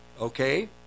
okay